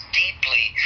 deeply